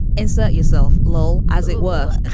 insert yourself low, as it were.